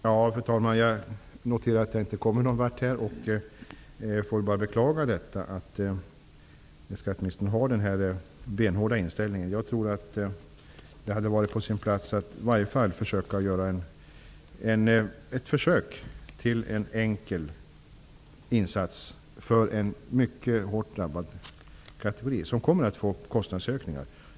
Fru talman! Jag noterar att jag inte kommer någon vart. Jag beklagar att skatteministern har denna benhårda inställning. Jag tror att det hade varit på sin plats att åtminstone försöka göra ett försök till en enkel insats för en mycket hårt drabbad kategori, vilken kommer att få kostnadsökningar.